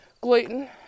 Gluten